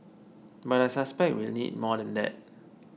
but I suspect we will need more than that